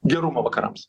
gerumą vakarams